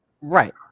Right